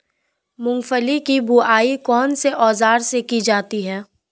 मूंगफली की बुआई कौनसे औज़ार से की जाती है?